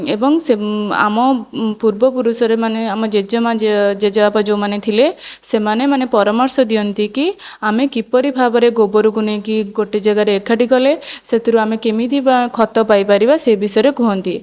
ଏବଂ ସେ ଆମ ପୂର୍ବପୁରୁଷରେ ମାନେ ଆମ ଜେଜେମା' ଜେଜେବାପା ଯେଉଁମାନେ ଥିଲେ ସେମାନେ ମାନେ ପରାମର୍ଶ ଦିଅନ୍ତି କି ଆମେ କିପରି ଭାବରେ ଗୋବରକୁ ନେଇକି ଗୋଟିଏ ଜାଗାରେ ଏକାଠି କଲେ ସେଥିରୁ ଆମେ କେମିତି ବା ଖତ ପାଇ ପାରିବା ସେ ବିଷୟରେ କୁହନ୍ତି